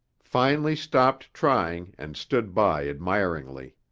finally stopped trying and stood by admiringly.